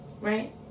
right